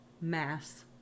mass